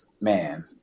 Man